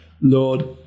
Lord